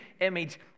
image